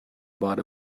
bought